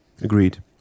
Agreed